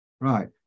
Right